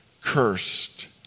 cursed